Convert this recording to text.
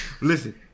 listen